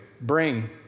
bring